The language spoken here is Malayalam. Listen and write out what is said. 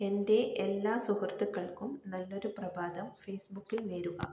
എൻ്റെ എല്ലാ സുഹൃത്തുക്കൾക്കും നല്ല ഒരു പ്രഭാതം ഫേസ്ബുക്കിൽ നേരുക